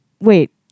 Wait